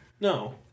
No